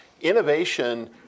innovation